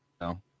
no